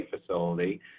facility